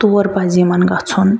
تور پزِ یِمن گژھُن